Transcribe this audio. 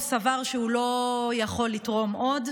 הוא סבר שהוא לא יכול לתרום עוד.